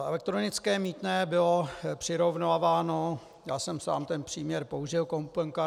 Elektronické mýtné bylo přirovnáváno, já jsem sám ten příměr použil, k Openkartě.